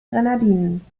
grenadinen